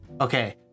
Okay